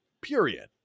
Period